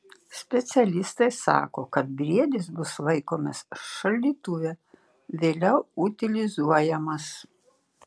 specialistai sako kad briedis bus laikomas šaldytuve vėliau utilizuojamas